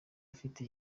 afite